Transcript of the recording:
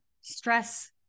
stress